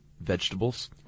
vegetables